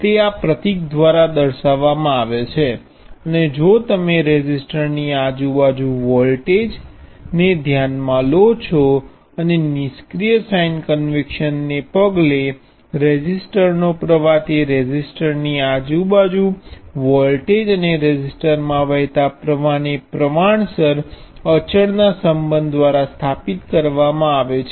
તે આ પ્રતીક દ્વારા આપવામાં આવે છે અને જો તમે રેઝિસ્ટર ની આજુબાજુ વોલ્ટેજ વોલ્ટેજને ધ્યાનમાં લો છો અને નિષ્ક્રિય સાઇન કન્વેન્શન ને પગલે રેઝિસ્ટર નો પ્ર્વાહ તે રેઝિસ્ટર ની આજુબાજુ વોલ્ટેજ અને રેઝિસ્ટર મા વહેતા પ્ર્વાહ ને પ્રમાણસર અચળ ના સંબંધ દ્વારા સ્થાપિત કરવા મા આવે છે